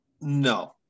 No